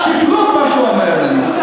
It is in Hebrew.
שפלות מה שהוא אומר עלינו.